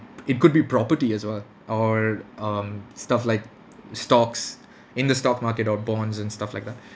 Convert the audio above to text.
it could be property as well or um stuff like stocks in the stock market or bonds and stuff like that